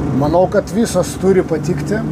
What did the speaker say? manau kad visos turi patikti